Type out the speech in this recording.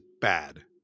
bad